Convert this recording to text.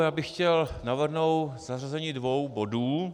Já bych chtěl navrhnout zařazení dvou bodů.